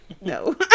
No